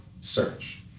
search